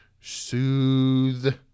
Soothe